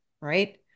right